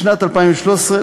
לשנת 2013,